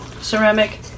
ceramic